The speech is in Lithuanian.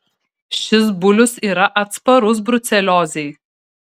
šis bulius yra atsparus bruceliozei